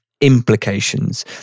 implications